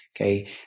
okay